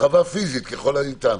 הרחבה פיזית, ככל הניתן.